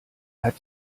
hat